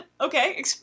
Okay